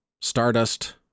Stardust